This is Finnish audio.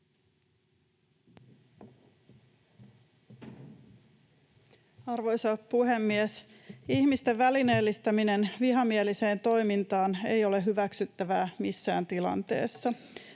Arvoisa puhemies! Ihmisten välineellistäminen vihamieliseen toimintaan ei ole hyväksyttävää missään tilanteessa.